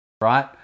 right